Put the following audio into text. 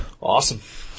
awesome